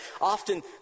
often